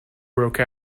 broke